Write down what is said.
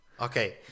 Okay